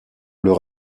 leur